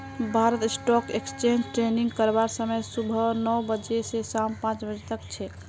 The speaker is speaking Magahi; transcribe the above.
भारतत स्टॉक एक्सचेंज ट्रेडिंग करवार समय सुबह नौ बजे स शाम पांच बजे तक छेक